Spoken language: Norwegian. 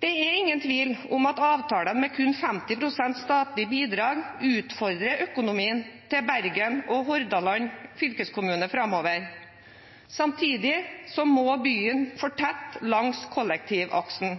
Det er ingen tvil om at avtaler med kun 50 pst. statlig bidrag utfordrer Bergens og Hordaland fylkeskommunes økonomi framover. Samtidig må byen fortette langs kollektivaksen.